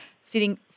Sitting